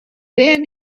then